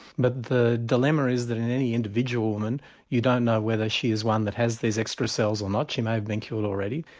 but the dilemma is that in any individual woman you don't know whether she is one that has these extra cells or not, she may have been cured already,